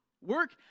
work